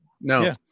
no